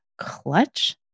clutch